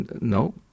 no